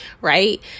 right